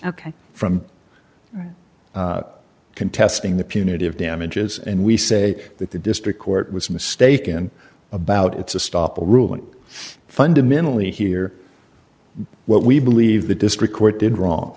ok from contesting the punitive damages and we say that the district court was mistaken about its a stop the ruling fundamentally here what we believe the district court did wrong